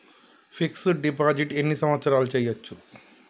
Fix డ్ deposit ఎన్ని సంవత్సరాలు చేయచ్చు?